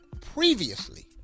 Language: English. previously